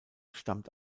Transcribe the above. stammt